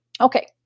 Okay